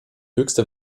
höchste